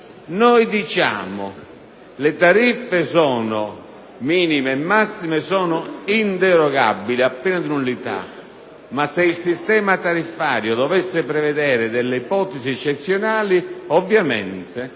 di vista le tariffe minime e massime sono inderogabili a pena di nullità, ma se il sistema tariffario dovesse prevedere delle ipotesi eccezionali, la